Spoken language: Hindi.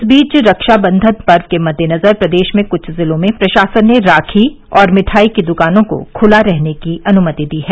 इस बीच रक्षाबन्धन पर्व के मद्देनजर प्रदेश में कुछ जिलों में प्रशासन ने राखी और मिठाई की दुकानों को खुला रहने की अनुमति दी है